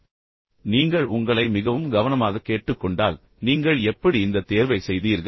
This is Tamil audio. ஆனால் நீங்கள் உங்களை மிகவும் கவனமாக கேட்டுக்கொண்டால் நீங்கள் எப்படி இந்த தேர்வை செய்தீர்கள்